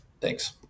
Thanks